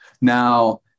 Now